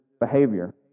behavior